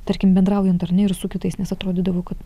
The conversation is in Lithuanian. tarkim bendraujant ar ne ir su kitais nes atrodydavo kad